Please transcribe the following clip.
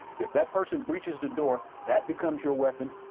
if that person breaches the door, that becomes your weapon.